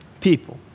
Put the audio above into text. people